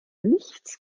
nichts